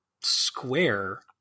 square